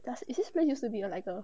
does is this place used to be like a